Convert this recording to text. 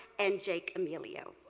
and jake emilio.